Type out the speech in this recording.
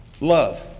love